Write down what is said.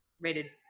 rated